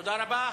תודה רבה.